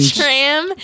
tram